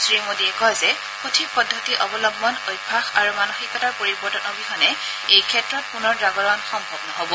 শ্ৰীমোদীয়ে কয় যে সঠিক পদ্ধতি অৱলম্বন অভ্যাস আৰু মানসিকতাৰ পৰিৱৰ্তন অবিহনে এই ক্ষেত্ৰত পুনৰ জাগৰণ সম্ভৱ নহ'ব